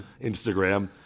Instagram